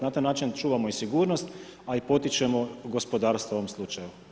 Na taj način čuvamo i sigurnost a i potičemo gospodarstvo u ovom slučaju.